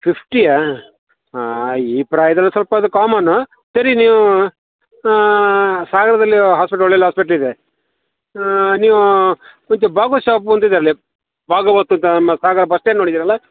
ಫಿಫ್ಟಿಯಾ ಹಾಂ ಈ ಪ್ರಾಯದಲ್ಲಿ ಸ್ವಲ್ಪ ಅದು ಕಾಮನ್ನು ಸರಿ ನೀವು ಹಾಂ ಸಾಗರದಲ್ಲಿರೋ ಹಾಸ್ಪಿಟ್ಲ್ ಒಳ್ಳೊಳ್ಳೆ ಹಾಸ್ಪಿಟ್ಲಿದೆ ಹಾಂ ನೀವು ಒಂದು ಭಾಗವತ್ ಶಾಪ್ ಅಂತ ಇದೆ ಅಲ್ಲಿ ಭಾಗವತ್ ಅಂತ ನಮ್ಮ ಸಾಗರ ಬಸ್ ಸ್ಟ್ಯಾಂಡ್ ನೋಡಿದ್ದೀರಲ್ಲಾ